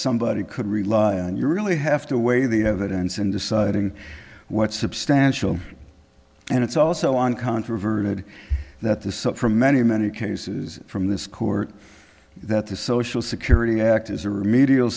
somebody could rely on you really have to weigh the evidence in deciding what substantial and it's also on controverted that the sort from many many cases from this court that the social security act is a remedial